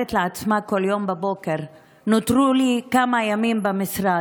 אומרת לעצמה בכל יום בבוקר: נותרו לי כמה ימים במשרד,